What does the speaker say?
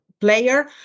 player